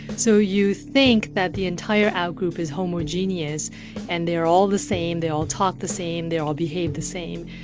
so you think that the entire out-group is homogeneous and they're all the same, they all talk the same, they all behave the same.